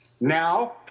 Now